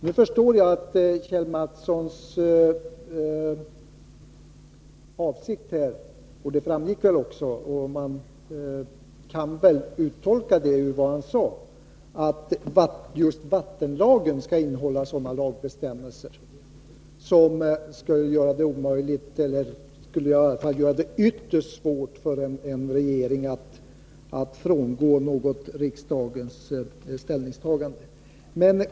Nu förstår jag att Kjell Mattssons avsikt är — det kan uttolkas av vad han sade — att just vattenlagen skall innehålla lagbestämmelser som gör det omöjligt eller ytterst svårt för en regering att frångå något riksdagens ställningstagande.